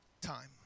time